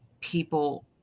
people